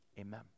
amen